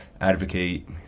advocate